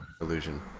illusion